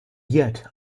yet